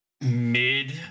mid